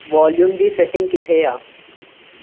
volume जी setting किथे आहे